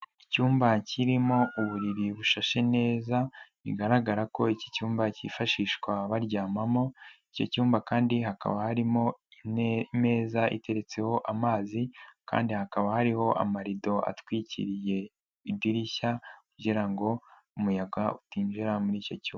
Icyumba kirimo uburiri bushashe neza bigaragara ko iki cyumba cyifashishwa baryamamo, icyo cyumba kandi hakaba harimo ameza iteretseho amazi kandi hakaba hariho amarido atwikiriye idirishya kugira ngo umuyaga utinjira muri icyo cyumba.